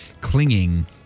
clinging